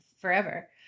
forever